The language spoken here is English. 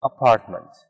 apartment